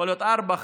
יכול להיות שארבע,